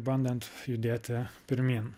bandant judėti pirmyn